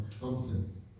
Johnson